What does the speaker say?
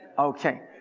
okay.